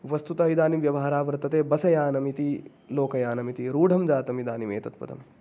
वस्तुतः इदानीं व्यवहारः वर्तते बसयानम् इति लोकयानम् इति रूढं जातम् इदानीम् एतत् पदम्